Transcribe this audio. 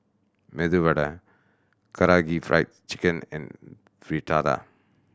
Medu Vada Karaage Fried Chicken and Fritada